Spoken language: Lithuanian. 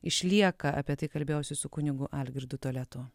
išlieka apie tai kalbėjausi su kunigu algirdu toliatu